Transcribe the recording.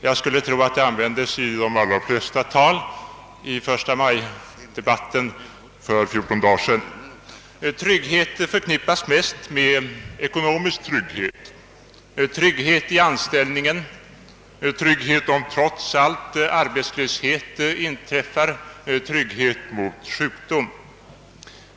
Jag skulle tro att det användes i de allra flesta förstamajtal för fjorton dagar sedan. »Trygghet» för knippas mest med ekonomisk trygghet, trygghet i anställningen, trygghet om arbetslöshet trots allt uppstår, trygghet mot sjukdom.